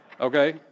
Okay